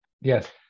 Yes